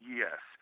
yes